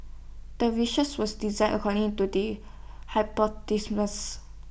the research was designed according to the